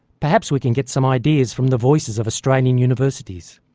perhaps we can get some ideas from the voices of australian universities.